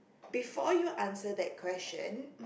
before you answer that question